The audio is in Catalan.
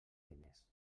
diners